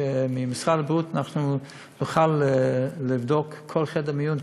כדי שממשרד הבריאות אנחנו נוכל לבדוק כל חדר מיון,